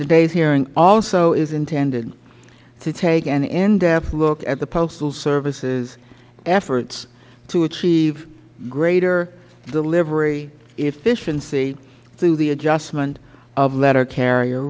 today's hearing also is intended to take an in depth look at the postal service's efforts to achieve greater delivery efficiency through the adjustment of letter carrier